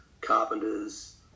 carpenters